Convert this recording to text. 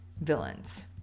villains